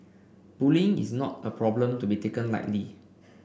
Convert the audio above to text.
bullying is not a problem to be taken lightly